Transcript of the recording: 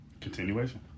Continuation